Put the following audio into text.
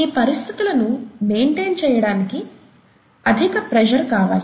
ఈ పరిస్థితులను మైంటైన్ చేయడానికి అధిక ప్రెషర్ కావాలి